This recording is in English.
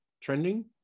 trending